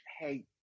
hey